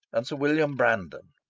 and sir william brandon.